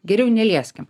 geriau nelieskim